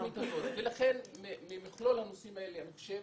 בדיוק, ולכן ממכלול הנושאים האלה אני חושב